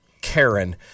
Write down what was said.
Karen